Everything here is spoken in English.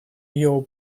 your